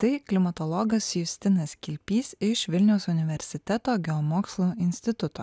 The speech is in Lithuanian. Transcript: tai klimatologas justinas kilpys iš vilniaus universiteto geomokslų instituto